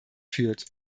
führt